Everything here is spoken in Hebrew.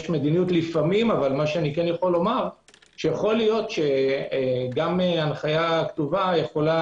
יכול להיות, שגם הנחיה כתובה יכולה